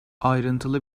ayrıntılı